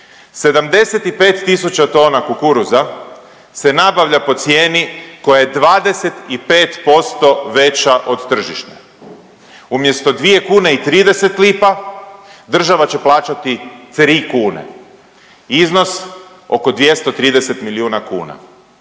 tisuća tona kukuruza se nabavlja po cijeni koja je 25% veća od tržišne, umjesto 2 kune i 30 lipa država će plaćati 3 kune, iznos oko 230 milijuna kuna